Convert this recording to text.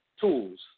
tools